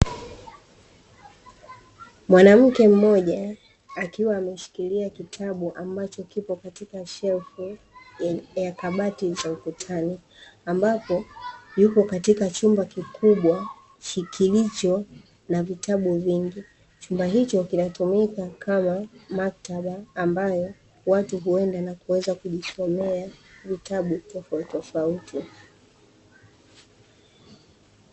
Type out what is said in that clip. Mwanamke mmoja akiwa ameshikilia kitabu ambacho kipo katika shelfu ya kabati za ukutani ambapo yupo katika chumba kikubwa kilicho na vitabu vingi. Chumba hicho kinatumika kama maktaba ambayo watu huenda na kuweza kujisomea vitabu tofautitofauti.